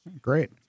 Great